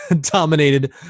dominated